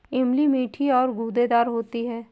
इमली मीठी और गूदेदार होती है